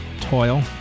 toil